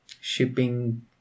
shipping